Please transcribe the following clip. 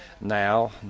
Now